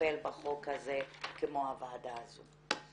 לטפל בחוק הזה כמו הוועדה הזו.